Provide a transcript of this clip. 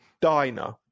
diner